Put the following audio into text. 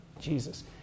Jesus